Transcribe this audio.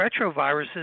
retroviruses